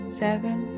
seven